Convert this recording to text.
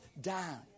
down